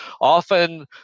often